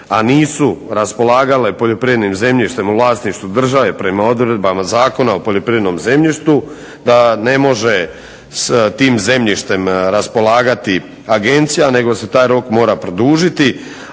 a nisu raspolagale poljoprivrednim zemljištem u vlasništvu države prema odredbama Zakona o poljoprivrednom zemljištu da ne može s tim zemljištem raspolagati agencija nego se taj rok može produžiti